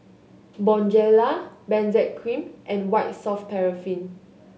Bonjela Benzac Cream and White Soft Paraffin